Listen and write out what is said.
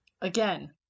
again